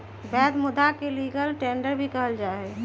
वैध मुदा के लीगल टेंडर भी कहल जाहई